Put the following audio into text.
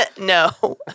No